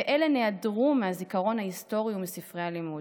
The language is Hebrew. ואלה נעדרו מהזיכרון ההיסטורי ומספרי הלימוד.